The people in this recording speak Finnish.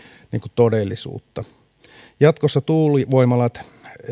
todellisuutta jatkossa tuulivoimalat